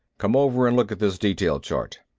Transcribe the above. come over and look at this detail chart.